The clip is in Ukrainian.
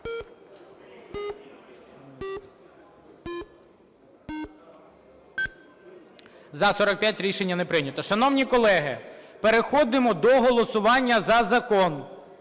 За-45 Рішення не прийнято. Шановні колеги, переходимо до голосування за закон.